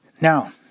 Now